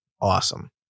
awesome